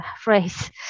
phrase